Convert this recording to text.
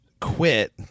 quit